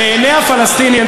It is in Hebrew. בעיני הפלסטינים.